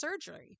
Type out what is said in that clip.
surgery